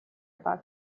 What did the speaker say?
about